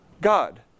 God